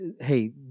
hey